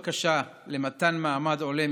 בכל בבקשה למתן מעמד עולה,